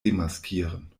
demaskieren